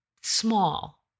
small